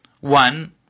One